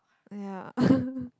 ya